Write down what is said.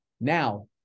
Now